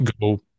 go